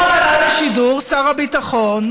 אתמול עלה לשידור שר הביטחון,